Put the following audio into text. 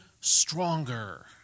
stronger